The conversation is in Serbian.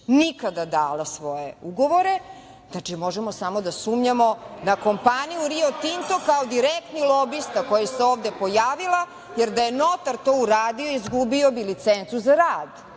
nikada dala svoje ugovore, znači da možemo samo da sumnjamo na kompaniju Rio Tinto kao direktni lobista koji se ovde pojavila, jer da je notar to uradio izgubio bi licencu za rad,